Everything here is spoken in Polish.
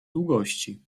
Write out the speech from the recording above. długości